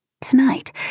Tonight